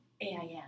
AIM